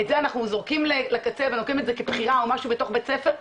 את זה אנחנו זורקים לקצה ונותנים את זה כבחירה בתוך בתי ספר.